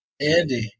Andy